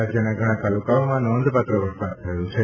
રાજ્યના ઘણા તાલુકાઓમાં નોંધપાત્ર વરસાદ થયો છે